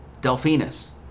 Delphinus